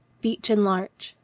beech and larch,